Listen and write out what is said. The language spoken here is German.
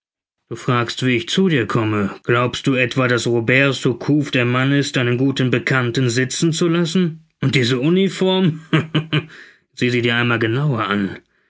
du fragst wie ich zu dir komme glaubst du etwa daß robert surcouf der mann ist einen guten bekannten sitzen zu lassen und diese uniform haha sieh sie dir einmal genauer an